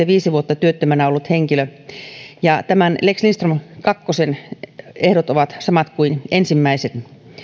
viisi vuotta työttömänä ollut henkilö tämän lex lindström kakkosen ehdot ovat samat kuin ensimmäisen